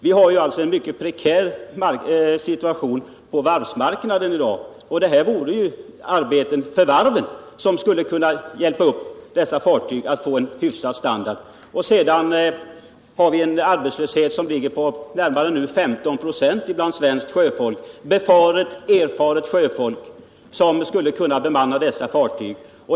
Vi har en mycket prekär situation på varvsmarknaden f. n., och det vore lämpliga arbetsuppgifter för varven att hjälpa upp standarden på dessa fartyg till en hyfsad nivå. Arbetslösheten bland svenskt sjöfolk ligger nu på ca 15 96. Det finns alltså befaret, erfaret sjöfolk som skulle kunna bemanna dessa fartyg.